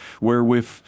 wherewith